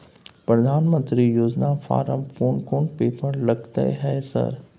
प्रधानमंत्री योजना फारम कोन कोन पेपर लगतै है सर?